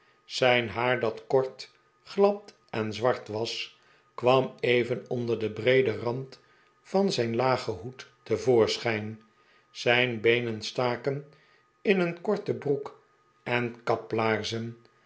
zijn haar dat ttort glad en zwart was kwam even onder den breeden rand van zijn lagen hoed te voorschijn zijn beenen staken in een korte broek en kaplaarzen